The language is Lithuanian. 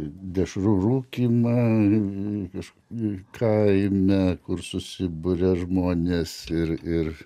dešrų rūkymą kaime kur susiburia žmonės ir ir